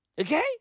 Okay